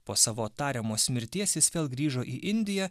po savo tariamos mirties jis vėl grįžo į indiją